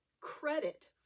credit